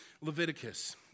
Leviticus